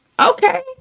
Okay